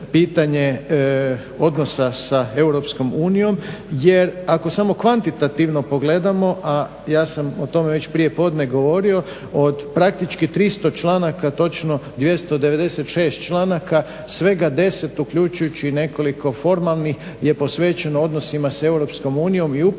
pitanje odnosa sa EU jer ako samo kvantitativno pogledamo, a ja sam o tome već prijepodne govorio, od praktički 300 članaka točno 296 članaka svega 10 uključujući i nekoliko formalnih je posvećeno odnosima s EU i upravo na to